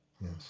yes